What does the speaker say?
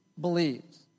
believes